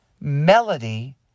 melody